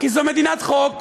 כי זו מדינת חוק.